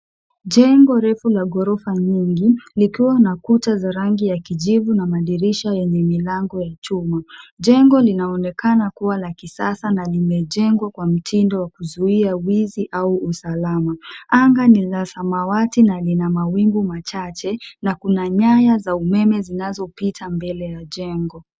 Jengo refu la ghorofa nyingi likiwa na kuta za rangi ya kijivu na madirisha yenye milango ya chuma. Jengo linaonekana kuwa la kisasa na limejengwa kwa mtindo wa kuzuia uwizi au usalama. Anga ni la samawati na lina mawingu machache na kuna nyanya za umeme zinazopita mbele ya jengo.